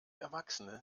erwachsene